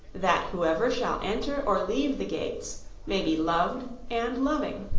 that whoever shall enter or leave the gates may be loved and loving.